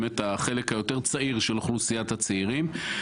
באמת החלק היותר צעיר של אוכלוסיית הצעירים.